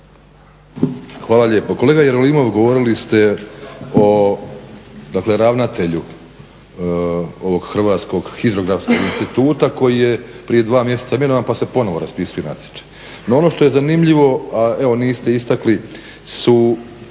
Hvala lijepo. Kolega Jerolimov, govorili ste o, dakle ravnatelju ovog Hrvatskog hidrografskog instituta koji je prije 2 mjeseca imenovan pa se ponovno raspisuje natječaj. No, ono što je zanimljivo, a evo niste istakli, su